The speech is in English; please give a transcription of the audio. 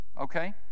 Okay